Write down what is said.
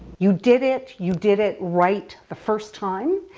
you did it, you did it right the first time,